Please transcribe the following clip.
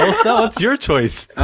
um so what's your choice?